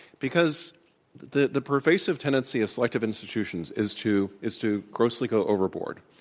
because the the pervasive tendency of selective institutions is to is to grossly go overboard.